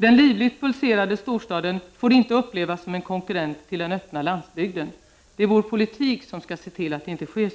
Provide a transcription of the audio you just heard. Den livligt pulserande storstaden får inte upplevas som en konkurrent till den öppna landsbygden. Det är vår politik som skall se till att detta inte sker.